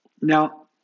Now